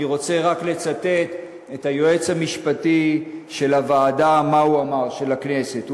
אני רוצה רק לצטט את היועץ המשפטי של הוועדה של הכנסת,